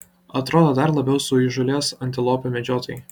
atrodo dar labiau suįžūlės antilopių medžiotojai